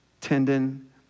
tendon